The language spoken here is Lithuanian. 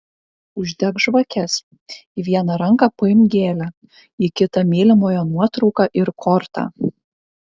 uždek žvakes į vieną ranką paimk gėlę į kitą mylimojo nuotrauką ir kortą